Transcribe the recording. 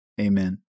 Amen